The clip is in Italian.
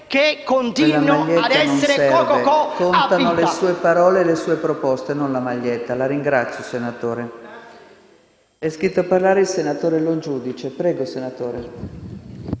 che continuino ad essere Co.co.co. a vita.